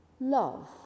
Love